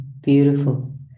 beautiful